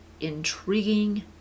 intriguing